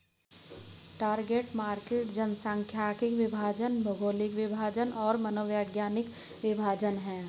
target market जनसांख्यिकीय विभाजन, भौगोलिक विभाजन और मनोवैज्ञानिक विभाजन हैं